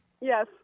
Yes